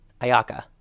Ayaka